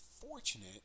fortunate